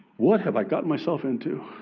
what have i gotten myself into?